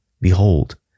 Behold